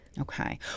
Okay